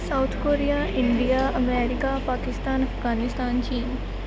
south Korea India America Pakistan Afghanistan ਚੀਨ